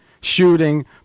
Shooting